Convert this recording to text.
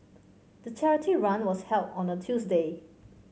the charity run was held on a Tuesday